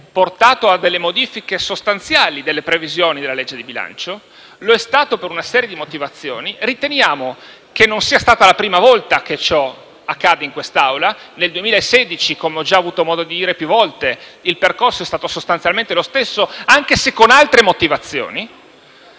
portato a modifiche sostanziali delle previsioni della legge di bilancio; lo è stato per una serie di motivazioni. Riteniamo non sia stata la prima volta che ciò accade in quest'Assemblea. Nel 2016, come ho già avuto modo di dire più volte, il percorso è stato sostanzialmente lo stesso, anche se con altre motivazioni.